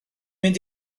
mynd